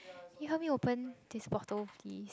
you help me open this bottle please